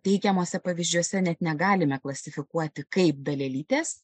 a teikiamuose pavyzdžiuose net negalime klasifikuoti kaip dalelytės